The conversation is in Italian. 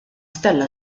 stella